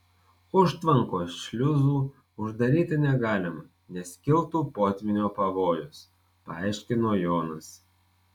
užtvankos šliuzų uždaryti negalima nes kiltų potvynio pavojus paaiškino jonas